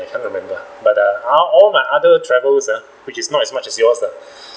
I can't remember but uh ah all my other travels uh which is not as much as yours lah